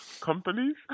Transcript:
Companies